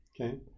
Okay